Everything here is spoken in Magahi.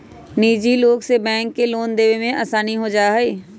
निजी लोग से बैंक के लोन देवे में आसानी हो जाहई